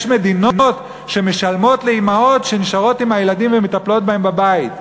יש מדינות שמשלמות לאימהות שנשארות עם הילדים ומטפלות בהם בבית,